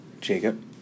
Jacob